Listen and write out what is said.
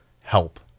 help